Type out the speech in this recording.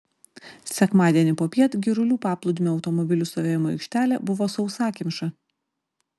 sekmadienį popiet girulių paplūdimio automobilių stovėjimo aikštelė buvo sausakimša